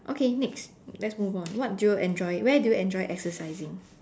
okay next let's move on what do you enjoy where do you enjoy exercising